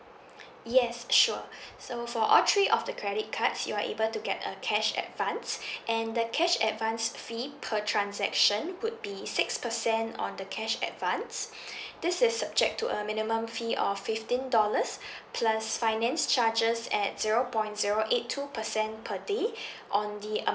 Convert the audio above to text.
yes sure so for all three of the credit cards you are able to get a cash advance and the cash advance fee per transaction would be six percent on the cash advance this is subject to a minimum fee or fifteen dollars plus finance charges at zero point zero eight two percent per day on the a~